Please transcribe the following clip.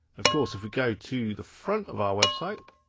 of course if we go to the front of our website,